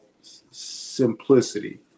simplicity